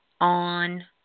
on